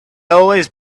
always